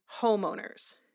homeowners